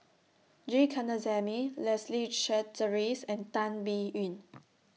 G Kandasamy Leslie Charteris and Tan Biyun